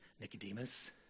Nicodemus